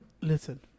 Listen